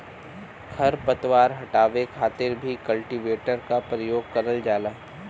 खर पतवार हटावे खातिर भी कल्टीवेटर क परियोग करल जाला